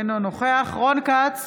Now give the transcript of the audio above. אינו נוכח רון כץ,